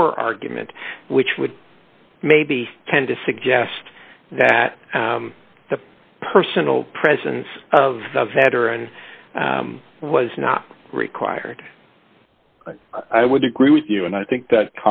or argument which would maybe tend to suggest that the personal presence of the veteran was not required i would agree with you and i think that